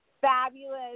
fabulous